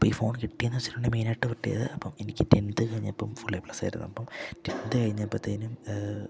അപ്പം ഈ ഫോൺ കിട്ടിയന്ന് വെച്ചിട്ടുണ്ട് മെയിനായിട്ട് കിട്ടിയത് അപ്പം എനിക്ക് ടെൻത്ത് കഴിഞ്ഞപ്പം ഫുള്ള് എ പ്ലസായിരുന്നപ്പം ടെൻന്ത് കഴിഞ്ഞപ്പോഴ്ത്തേനും